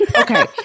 Okay